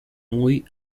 muy